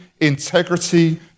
integrity